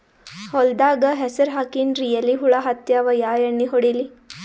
ಹೊಲದಾಗ ಹೆಸರ ಹಾಕಿನ್ರಿ, ಎಲಿ ಹುಳ ಹತ್ಯಾವ, ಯಾ ಎಣ್ಣೀ ಹೊಡಿಲಿ?